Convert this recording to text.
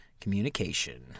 communication